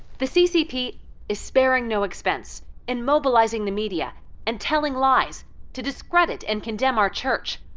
the ccp is sparing no expense in mobilizing the media and telling lies to discredit and condemn our church,